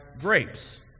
grapes